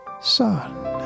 son